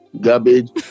garbage